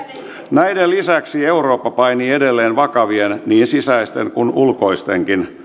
näiden lisäksi eurooppa painii edelleen vakavien niin sisäisten kuin ulkoistenkin